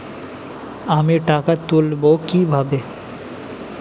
আমি টাকা তুলবো কি ভাবে?